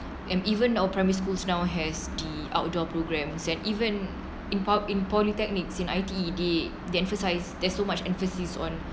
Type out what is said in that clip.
and even though primary schools now has the outdoor programmes and even in pol~ in polytechnics in I_T_E they they emphasize there's so much emphasis on